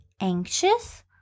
anxious